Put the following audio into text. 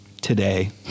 today